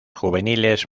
juveniles